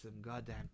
goddamn